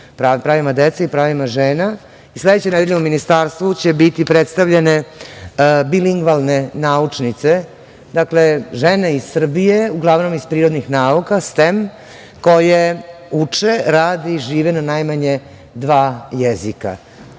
pravima dece, pravima žena. Sledeće nedelje u ministarstvu će biti predstavljene bilingvalne naučnice, žene iz Srbije, uglavnom iz prirodnih nauka, STEM koje uče, rade i žive na najmanje dva jezika